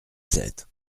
sept